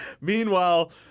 Meanwhile